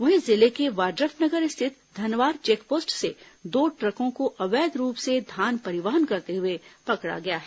वहीं जिले के वाड्रफनगर स्थित धनवार चेकपोस्ट से दो ट्रकों को अवैध रूप से धान परिवहन करते हुए पकड़ा गया है